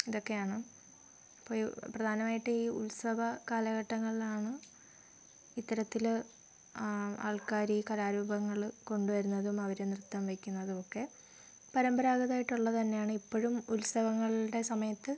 ഇതൊക്കെയാണ് അപ്പോൾ ഈ പ്രധാനമായിട്ട് ഈ ഉത്സവ കാലഘട്ടങ്ങളിലാണ് ഇത്തരത്തിൽ ആൾക്കാർ ഈ കലാരൂപങ്ങൾ കൊണ്ട് വരുന്നതും അവർ നൃത്തം വെക്കുന്നതും ഒക്കെ പരമ്പരാഗതമായിട്ടുള്ളത് തന്നെയാണ് ഇപ്പോഴും ഉത്സവങ്ങളുടെ സമയത്ത്